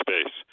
space